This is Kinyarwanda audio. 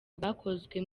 bwakozwe